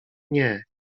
nie